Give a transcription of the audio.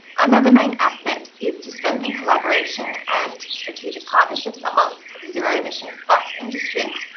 another main aspect is to strengthen collaboration and strategic partnerships amongst the zero emissions bus industry.